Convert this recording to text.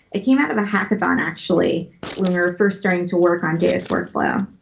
it came out of a hackathon actually when we were first starting to work on deis workflow.